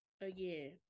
again